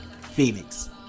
Phoenix